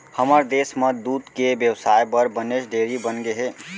हमर देस म दूद के बेवसाय बर बनेच डेयरी बनगे हे